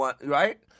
Right